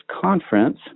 conference